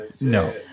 No